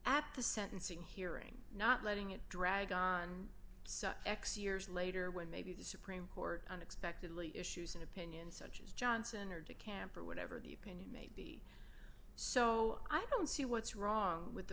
at the sentencing hearing not letting it drag on such x years later when maybe the supreme court unexpectedly issues an opinion such as johnson or de camp or whatever the opinion so i don't see what's wrong with